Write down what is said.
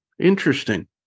interesting